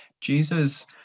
Jesus